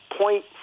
point